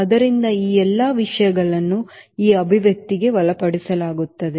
ಆದ್ದರಿಂದ ಈ ಎಲ್ಲಾ ವಿಷಯಗಳನ್ನು ಈ ಅಭಿವ್ಯಕ್ತಿಗೆ ಒಳಪಡಿಸಲಾಗುತ್ತದೆ